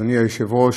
אדוני היושב-ראש,